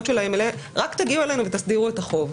שלהם אלינו להגיע אלינו ולהסדיר את החוב.